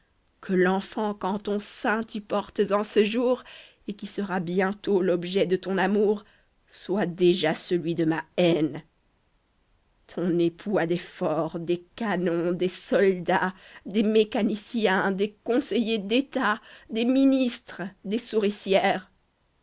que l'enfant qu'en ton sein tu portes en ce jour et qui sera bientôt l'objet de ton amour soit déjà celui de ma haine ton époux a des forts des canons des soldats des mécaniciens des conseillers d'états des ministres des souricières